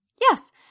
Yes